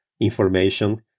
information